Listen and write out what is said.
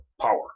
Power